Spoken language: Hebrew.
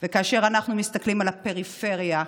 וכאשר אנחנו מסתכלים על הפריפריה,